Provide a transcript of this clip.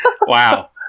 wow